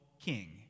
king